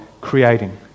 creating